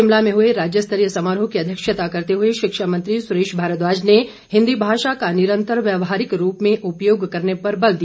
शिमला में हुए राज्य स्तरीय समारोह की अध्यक्षता करते हुए शिक्षा मंत्री सुरेश भारद्वाज ने हिंदी भाषा का निरंतर व्यवहारिक रूप में उपयोग करने पर बल दिया